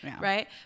Right